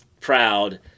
proud